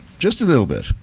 just a little bit.